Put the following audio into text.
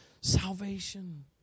Salvation